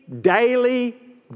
daily